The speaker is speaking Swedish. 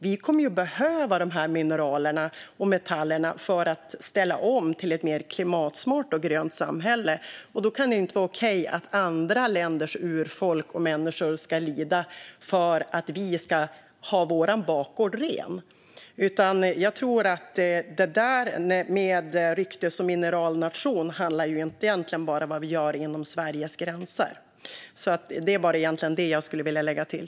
Vi kommer att behöva dessa mineral och metaller för att ställa om till ett mer klimatsmart och grönt samhälle, och då kan det inte vara okej att andra länders urfolk och människor ska lida för att vi ska ha vår bakgård ren. Det där med vårt rykte som mineralnation tror jag inte handlar bara om vad vi gör inom Sveriges gränser. Det var egentligen bara det jag skulle vilja lägga till.